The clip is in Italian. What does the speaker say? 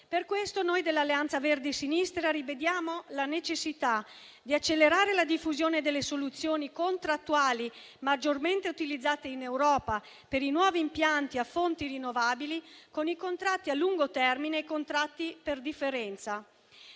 Per questo noi di Alleanza Verdi e Sinistra rivediamo la necessità di accelerare la diffusione delle soluzioni contrattuali maggiormente utilizzate in Europa per i nuovi impianti a fonti rinnovabili con i contratti a lungo termine e contratti per differenza,